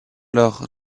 leur